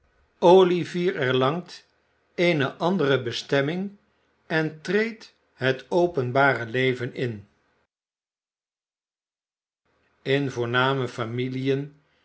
olivier erlangt eene andere bestemming en treedt het openbare leven in in voorname